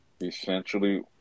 essentially